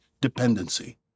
dependency